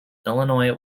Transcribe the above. illinois